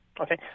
Okay